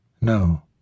No